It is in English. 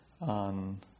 on